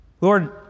Lord